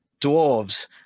dwarves